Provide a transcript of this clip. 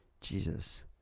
Jesus